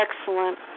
excellent